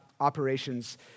operations